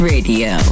Radio